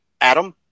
Adam